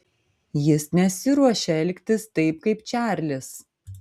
jis nesiruošia elgtis taip kaip čarlis